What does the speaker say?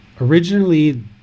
Originally